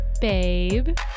Babe